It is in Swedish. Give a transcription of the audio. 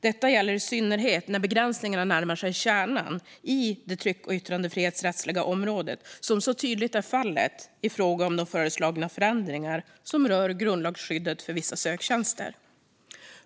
Detta gäller i synnerhet när begränsningarna närmar sig kärnan i det tryck och yttrandefrihetsrättsliga området, som så tydligt är fallet i fråga om de föreslagna förändringar som rör grundlagsskyddet för vissa söktjänster.